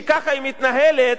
שככה היא מתנהלת,